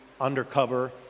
undercover